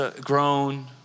grown